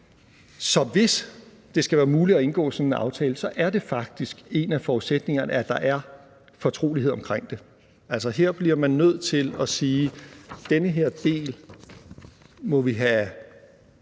Så hvis det skal være muligt at indgå en sådan aftale, er det faktisk en af forudsætningerne, at der er fortrolighed omkring det. Her bliver man nødt til at sige, at den her del må vi have